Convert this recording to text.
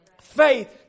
Faith